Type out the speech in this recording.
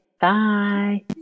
Bye